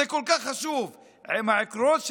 זה כל כך חשוב, עם העקרונות שלנו,